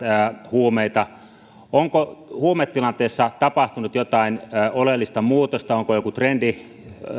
huumeita onko huumetilanteessa tapahtunut jotain oleellista muutosta onko joku trendi